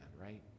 right